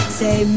say